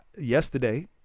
Yesterday